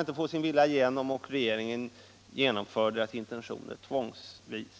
inte får sin vilja igenom utan går till regeringen, som genomför inten tionerna tvångsvis.